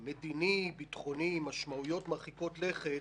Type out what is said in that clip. מדיני-ביטחוני עם משמעויות מרחיקות לכת,